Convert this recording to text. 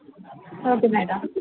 okay madam